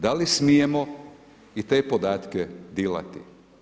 Da li smijemo i te podatke dilati?